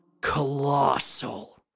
colossal